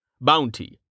Bounty